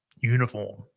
uniform